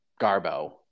garbo